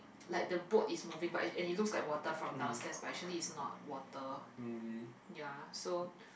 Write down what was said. like the boat is moving but and it looks like water from downstairs but actually is not water ya so